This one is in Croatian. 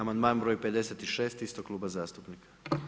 Amandman br. 56. istog kluba zastupnika.